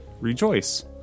rejoice